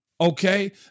okay